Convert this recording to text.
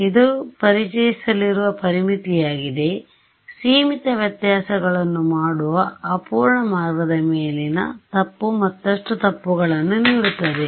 ಇದು ಪರಿಚಯಿಸಲಿರುವ ಪರಿಮಿತಿಯಾಗಿದೆ ಸೀಮಿತ ವ್ಯತ್ಯಾಸಗಳನ್ನು ಮಾಡುವ ಅಪೂರ್ಣ ಮಾರ್ಗದ ಮೇಲಿನ ತಪ್ಪು ಮತ್ತಷ್ಟು ತಪ್ಪುಗಳನ್ನು ನೀಡುತ್ತದೆ